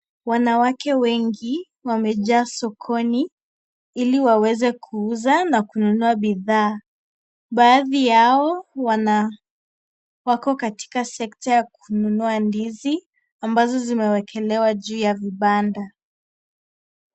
Wanawake wengi wamejaa sokoni ili waweze kuuza na kununua bidhaa. Baadhi yao wak katika sector ya kununua ndizi ambazo zimewekelewa juu ya vibanda.